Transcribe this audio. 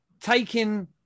taking